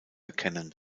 erkennen